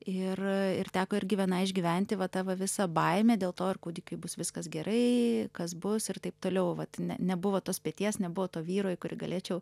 ir a ir teko irgi vienai išgyventi va ta va visa baimė dėl to ir kūdikiui bus viskas gerai kas bus ir taip toliau vat ine nebuvo tos peties nebuvo to vyro į kurį galėčiau